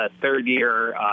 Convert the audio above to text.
third-year